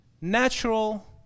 natural